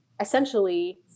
essentially